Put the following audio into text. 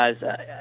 guys